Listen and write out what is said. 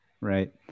Right